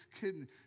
kidding